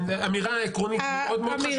אמירה עקרונית מאוד מאוד חשובה,